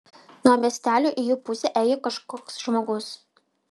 nuo miestelio į jų pusę ėjo kažkoks žmogus